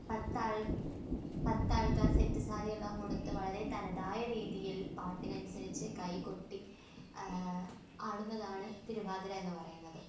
പത്താൾക്കാർ set സാരിയെല്ലാമുടുത്ത് വളരെ തനതായ രീതിയിൽ പാട്ടിനനുസരിച്ച് കൈകൊട്ടി ആടുന്നതാണ് തിരുവാതിരയെന്ന് പറയുന്നത്